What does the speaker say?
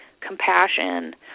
compassion